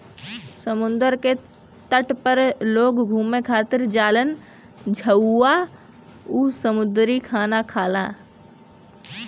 समुंदर के तट पे लोग घुमे खातिर जालान जहवाँ उ समुंदरी खाना खालन